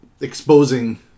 exposing